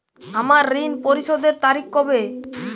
আমার ঋণ পরিশোধের তারিখ কবে?